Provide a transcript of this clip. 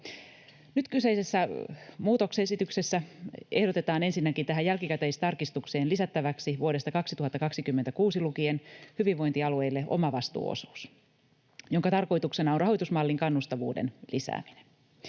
Nyt kyseisessä muutosesityksessä ehdotetaan ensinnäkin tähän jälkikäteistarkistukseen lisättäväksi vuodesta 2026 lukien hyvinvointialueille omavastuuosuus, jonka tarkoituksena on rahoitusmallin kannustavuuden lisääminen.